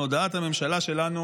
מהודעת הממשלה שלנו